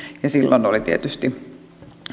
ja silloin oli tietysti